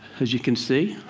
as you can see,